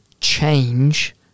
change